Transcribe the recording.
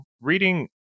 reading